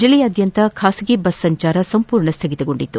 ಜಿಲ್ಲೆಯಾದ್ಯಂತ ಖಾಸಗಿ ಬಸ್ ಸಂಚಾರ ಸಂಪೂರ್ಣ ಸ್ವಗಿತವಾಗಿತ್ತು